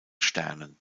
sternen